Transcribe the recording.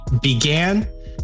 began